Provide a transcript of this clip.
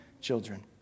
children